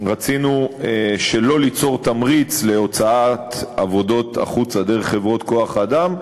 רצינו שלא ליצור תמריץ להוצאת עבודות החוצה דרך חברות כוח-אדם,